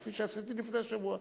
כפי שעשיתי לפני שבוע,